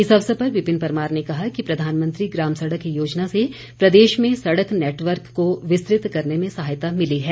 इस अवसर पर विपिन परमार ने कहा कि प्रधानमंत्री ग्राम सड़क योजना से प्रदेश में सड़क नेटवर्क को विस्तृत करने में सहायता मिली है